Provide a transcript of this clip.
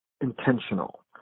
intentional